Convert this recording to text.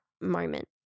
moment